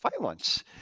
violence